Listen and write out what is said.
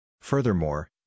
Furthermore